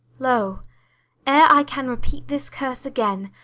lo, ere i can repeat this curse again,